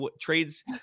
trades